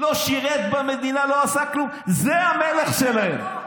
לא שירת במדינה, לא עשה כלום, זה המלך שלהם.